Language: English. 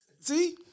see